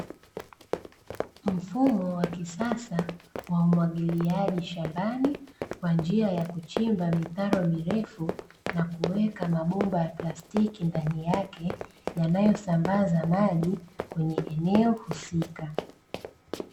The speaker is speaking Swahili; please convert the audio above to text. Mfumo wa kisasa wa umwagiliaji shambani, kwa njia ya kuchimba mitaro mirefu na kuweka mabomba ya plastiki ndani yake, yanayosambaza maji kwenye eneo husika.